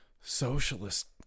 socialist